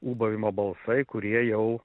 ūbavimo balsai kurie jau